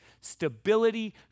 stability